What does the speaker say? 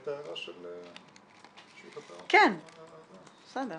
אני נציג